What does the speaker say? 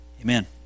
Amen